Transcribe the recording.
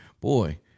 Boy